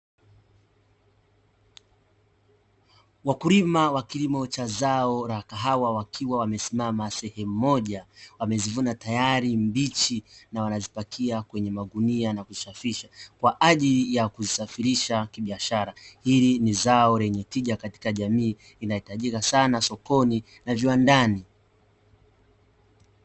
Wakulima wa kilimo cha zao la kahawa wakiwa wamesimama sehemu moja, wamezivuna tayari mbichi na wanazipakia kwenye magunia na kuzisafisha kwa ajili ya kuzisafirisha kibiashara. Hili ni zao lenye tija katika jamii linahitajika sana sokoni na viwandani.